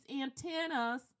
antennas